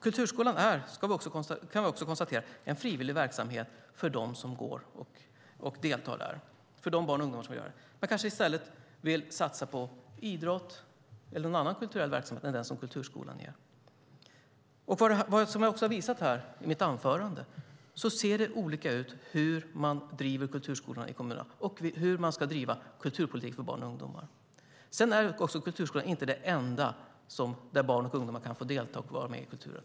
Vi kan konstatera att kulturskolan är en frivillig verksamhet för de barn och ungdomar som deltar där. De kanske i stället vill satsa på idrott eller någon annan kulturell verksamhet än den som kulturskolan ger. Som jag har visat i mitt anförande ser det olika ut när det gäller hur man driver kulturskolor ute i kommunerna och uppfattningen om hur man ska driva kulturpolitik för barn och ungdomar. Kulturskolorna är inte det enda ställe där barn och ungdomar kan få delta och vara med i kulturen.